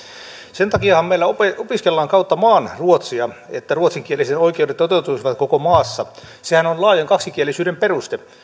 sen takiahan meillä opiskellaan kautta maan ruotsia että ruotsinkielisten oikeudet toteutuisivat koko maassa sehän on laajan kaksikielisyyden peruste